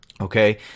Okay